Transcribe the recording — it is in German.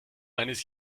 eines